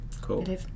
cool